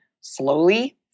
slowly